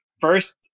First